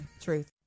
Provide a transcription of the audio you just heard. Truth